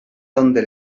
donde